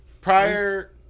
Prior